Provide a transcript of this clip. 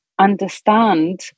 understand